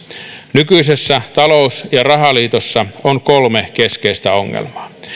nykyisessä talous ja rahaliitossa on kolme keskeistä ongelmaa